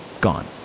Gone